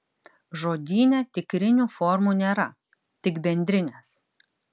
žodyne tikrinių formų nėra tik bendrinės